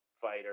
fighter